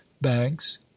banks